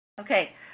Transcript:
Okay